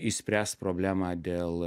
išspręst problemą dėl